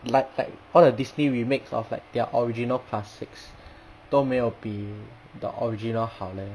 like like all the disney remakes of like their original classics 都没有比 the original 好嘞